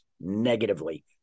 negatively